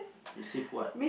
you save what